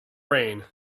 rain